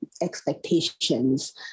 expectations